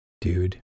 Dude